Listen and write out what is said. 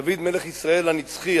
דוד מלך ישראל הנצחי,